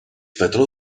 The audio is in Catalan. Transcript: patró